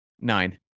Nine